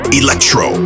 electro